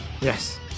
Yes